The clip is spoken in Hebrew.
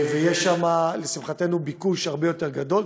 ויש שם, לשמחתנו, ביקוש הרבה יותר גדול.